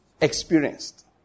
experienced